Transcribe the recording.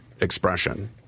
expression